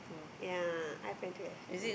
ya I plan to have two